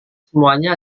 semuanya